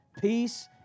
Peace